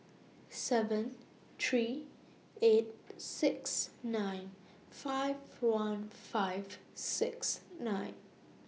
seven three eight six nine five one five six nine